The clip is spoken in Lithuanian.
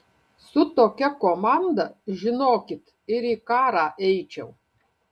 su tokia komanda žinokit ir į karą eičiau